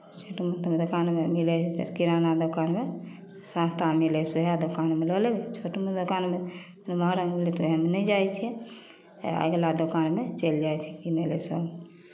छोट मोट दोकानमे मिलै हइ जइसे किराना दोकानमे सस्ता मिलै हइ सएह दोकानमे लऽ लेबै छोट मोट दोकानमे एम्हर आबि गेली तऽ हम नहि जाइ छियै अगिला दोकानमे चलि जाइ छियै कीनय लए सभ